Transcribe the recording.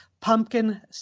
Pumpkin